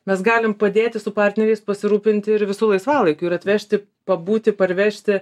mes galim padėti su partneriais pasirūpinti ir visų laisvalaikiu ir atvežti pabūti parvežti